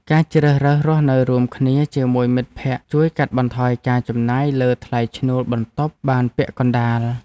ការជ្រើសរើសរស់នៅរួមគ្នាជាមួយមិត្តភក្តិជួយកាត់បន្ថយការចំណាយលើថ្លៃឈ្នួលបន្ទប់បានពាក់កណ្តាល។